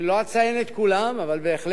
אני לא אציין את כולם, אבל בהחלט